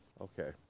Okay